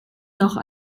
noch